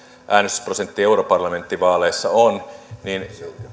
äänestysprosentti europarlamenttivaaleissa on niin